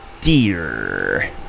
Dear